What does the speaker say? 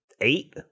eight